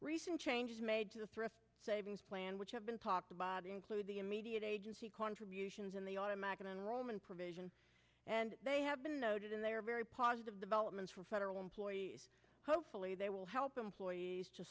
recent changes made to the thrift savings plan which have been talked about include the immediate contributions in the automatic enrollment provision and they have been noted and they are very positive developments for federal employees hopefully they will help employees